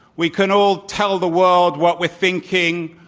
we can all tell the world what we're thinking,